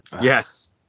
Yes